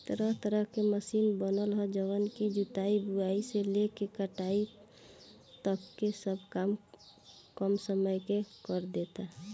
तरह तरह के मशीन बनल ह जवन की जुताई, बुआई से लेके कटाई तकले सब काम कम समय में करदेता